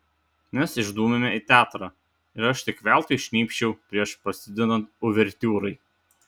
mes išdūmėme į teatrą ir aš tik veltui šnypščiau prieš prasidedant uvertiūrai